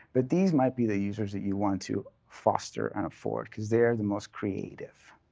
but these might be the users that you want to foster and afford, because they are the most creative.